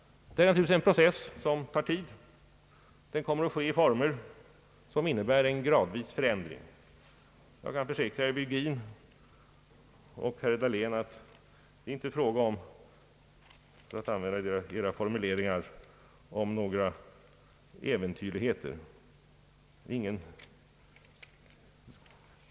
Det är naturligtvis en process som tar tid, och den kommer att ske i former som innebär en gradvis fortgående förändring. Jag kan försäkra herr Virgin och herr Dahlén att det inte är fråga om — för att använda era formuleringar — några äventyrligheter.